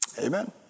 Amen